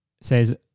says